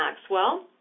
Maxwell